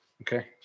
Okay